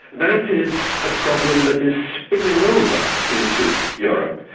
that is a problem that is spilling over into europe.